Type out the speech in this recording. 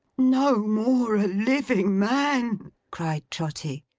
no more a living man cried trotty.